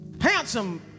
handsome